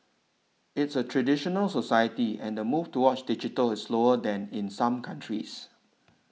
it's a traditional society and the move toward digital is slower than in some countries